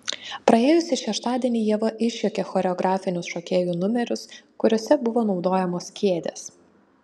praėjusį šeštadienį ieva išjuokė choreografinius šokėjų numerius kuriuose buvo naudojamos kėdės